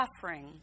suffering